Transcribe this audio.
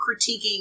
critiquing